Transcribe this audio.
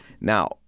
Now